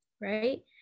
right